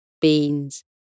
Beans